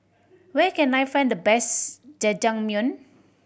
where can I find the best Jajangmyeon